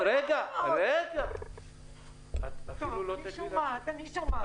רגע, רגע --- טוב, אני שומעת, אני שומעת.